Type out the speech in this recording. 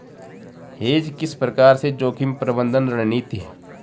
Hedge किस प्रकार से जोखिम प्रबंधन रणनीति है?